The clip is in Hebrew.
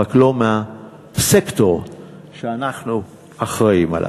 רק לא מהסקטור שאנחנו אחראים לו.